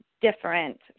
different